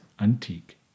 Antique